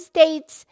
States